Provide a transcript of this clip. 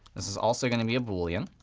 this is also going to be a boolean.